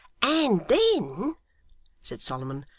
and then said solomon,